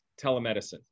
telemedicine